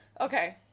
Okay